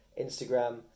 Instagram